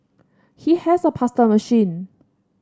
he has a pasta machine